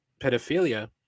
pedophilia